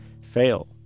fail